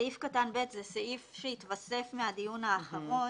סעיף קטן (ב) זה סעיף שהתווסף מהדיון האחרון,